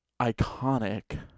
iconic